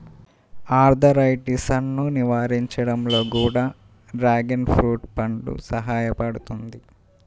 ఆర్థరైటిసన్ను నివారించడంలో కూడా డ్రాగన్ ఫ్రూట్ పండు సహాయపడుతుంది